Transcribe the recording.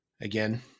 Again